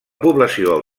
població